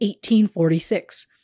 1846